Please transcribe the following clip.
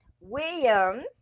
Williams